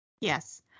Yes